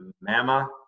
Mama